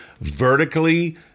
vertically